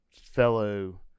fellow